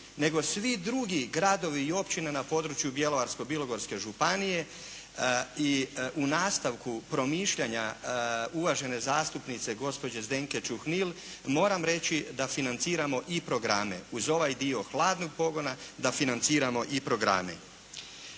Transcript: nego svi drugi gradovi i općine na području Bjelovarsko-bilogorske županije i u nastavku promišljanja uvažene zastupnice gospođe Zdenke Čuhnil moram reći da financiramo i programe uz ovaj dio hladnog pogona da financiramo i programe.